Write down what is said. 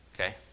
Okay